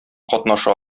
катнаша